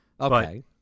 Okay